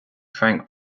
frank